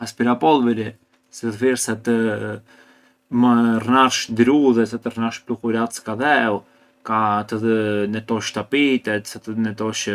L’aspirapolviri servir sa të rnarsh drudhe, sa të rnarsh pluhurac ka dheu, ka- sa të netosh tapitet, sa të netosh